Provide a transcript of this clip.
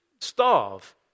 starve